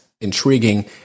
intriguing